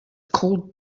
called